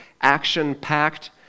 action-packed